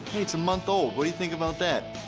it's a month old. what do you think about that?